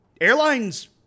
airlines